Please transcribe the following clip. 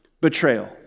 betrayal